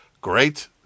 great